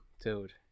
dude